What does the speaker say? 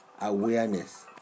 awareness